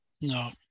No